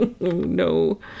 no